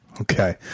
Okay